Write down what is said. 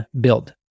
build